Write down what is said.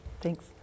Thanks